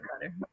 better